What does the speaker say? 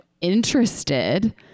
interested